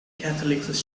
catholics